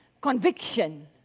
conviction